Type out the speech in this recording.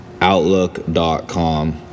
outlook.com